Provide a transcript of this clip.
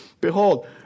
Behold